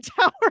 Tower